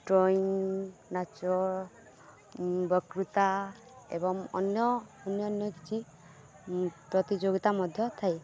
drawing ନାଚ ବକୃତା ଏବଂ ଅନ୍ୟ ଅନ୍ୟାନ୍ୟ କିଛି ପ୍ରତିଯୋଗିତା ମଧ୍ୟ ଥାଏ